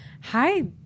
Hi